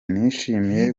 nishimiye